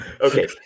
Okay